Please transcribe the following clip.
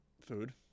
Food